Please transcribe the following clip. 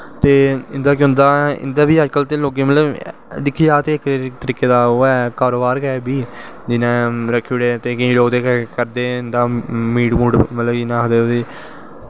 ते इंदा केह् होंदा इंदा बी लोकें अज्ज कल दिक्खेआ जा ते इक तरीके दा कारोबार गै ऐ एह् बी जियां रक्की ओड़ेआ केंई लोग ते करदे मतलव इंदा मीट मूट जियां आखदे